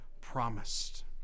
promised